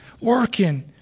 working